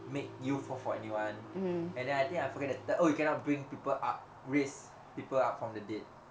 make you fall for anyone and then I think I forgot to tell you cannot bring people up raise people out from the date